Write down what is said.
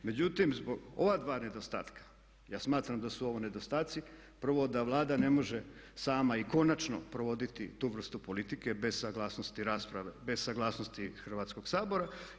Međutim, zbog ova dva nedostatka ja smatram da su ovo nedostatci, prvo da Vlada ne može sama i konačno provoditi tu vrstu politike bez saglasnosti rasprave, bez saglasnosti Hrvatskog sabora.